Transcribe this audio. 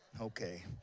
Okay